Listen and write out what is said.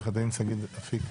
עורכת הדין שגית אפיק,